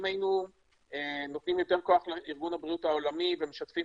היינו נותנים יותר כוח לארגון הבריאות העולמי ומשתפים